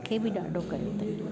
मूंखे बि ॾाढो कयो अथईं